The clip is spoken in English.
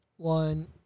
One